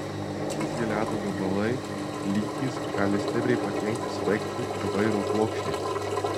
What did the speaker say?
visgi ledo gabalai lytys gali stipriai pakenkti sraigtui ir vairo plokštei